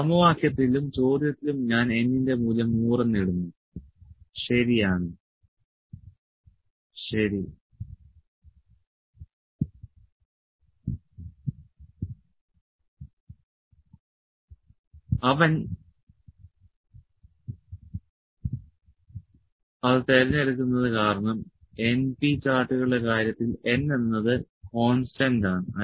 67100 സമവാക്യത്തിലും ചോദ്യത്തിലും ഞാൻ N ന്റെ മൂല്യം 100 എന്ന് ഇടുന്നു ശരിയാണ് ശരി അവൻ അത് തിരഞ്ഞെടുക്കുന്നത് കാരണം np ചാർട്ടുകളുടെ കാര്യത്തിൽ N എന്നത് കോൺസ്റ്റന്റ് ആണ്